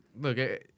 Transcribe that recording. Look